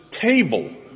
table